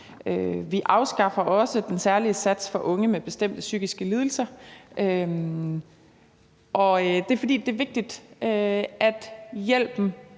Vi afskaffer også den særlige sats for unge med bestemte psykiske lidelser, og det er, fordi det er vigtigt, at hjælpen